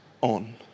on